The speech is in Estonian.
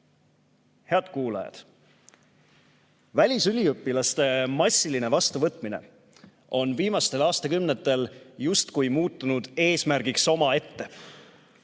kuulajad! Välisüliõpilaste massiline vastuvõtmine on viimastel aastakümnetel muutunud justkui eesmärgiks omaette